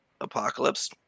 apocalypse